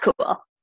cool